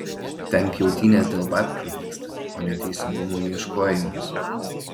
ten pjautynės dėl babkių vyksta o ne teisingumo ieškojimas